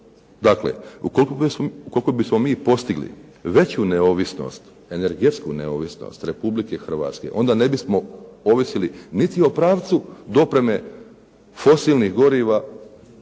Dakle, ukoliko bismo mi postigli veću neovisnost, energetsku neovisnost Republike Hrvatske onda ne bismo ovisili niti o pravcu dopreme fosilnih goriva